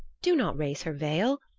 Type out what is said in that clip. do not raise her veil.